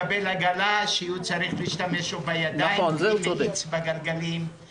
היום הוא מקבל עגלה שבה הוא צריך להשתמש בידיים ואין מאיץ בגלגלים.